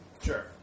Sure